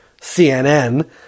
cnn